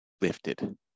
lifted